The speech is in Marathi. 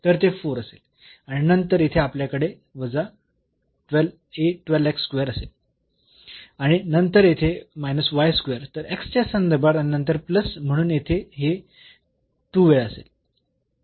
तर ते 4 असेल आणि नंतर येथे आपल्याकडे वजा a असेल आणि नंतर येथे तर च्या संदर्भात आणि नंतर प्लस म्हणून येथे हे 2 वेळा असेल